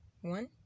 one